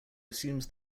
assumes